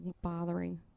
bothering